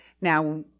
Now